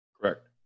correct